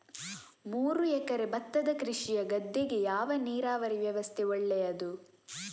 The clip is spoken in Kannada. ಮೂರು ಎಕರೆ ಭತ್ತದ ಕೃಷಿಯ ಗದ್ದೆಗೆ ಯಾವ ನೀರಾವರಿ ವ್ಯವಸ್ಥೆ ಒಳ್ಳೆಯದು?